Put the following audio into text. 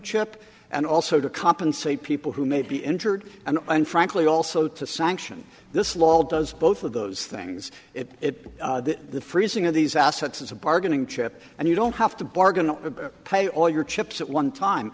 chip and also to compensate people who may be entered and and frankly also to sanction this law does both of those things it the freezing of these assets is a bargaining chip and you don't have to bargain on a pay all your chips at one time